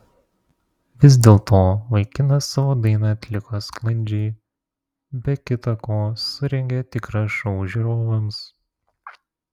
vis dėlto vaikinas savo dainą atliko sklandžiai be kita ko surengė tikrą šou žiūrovams